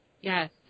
Yes